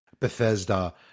bethesda